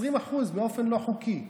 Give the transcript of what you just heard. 20% באופן לא חוקי.